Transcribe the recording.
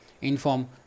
inform